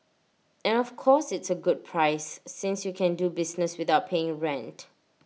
and of course it's A good price since you can do business without paying rent